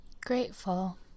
Grateful